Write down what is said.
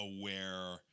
aware